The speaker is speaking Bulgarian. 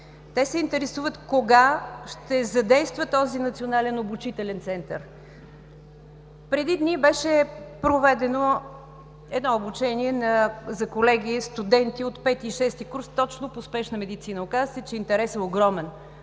Те се интересуват кога ще задейства този Национален обучителен център. Преди дни беше проведено обучение за колеги студенти от пети и шести курс точно по спешна медицина. Оказа се, че интересът е огромен.